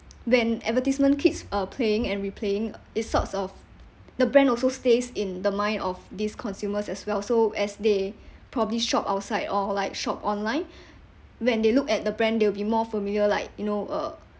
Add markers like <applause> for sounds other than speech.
when advertisement keeps uh playing and replaying it sorts of the brand also stays in the mind of these consumers as well so as they <breath> probably shop outside or like shop online <breath> when they look at the brand they will be more familiar like you know uh